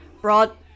brought